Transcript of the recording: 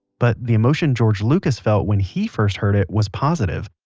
but the emotion george lucas felt when he first heard it was positive.